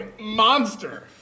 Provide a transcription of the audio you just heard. monster